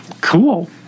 cool